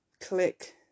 click